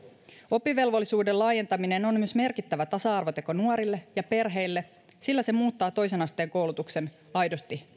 oppivelvollisuuden laajentaminen on myös merkittävä tasa arvoteko nuorille ja perheille sillä se muuttaa toisen asteen koulutuksen aidosti